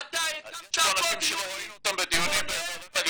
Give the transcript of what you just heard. יש פה אנשים שלא ראינו אותם בדיונים בוועדת